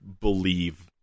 believe